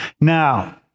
Now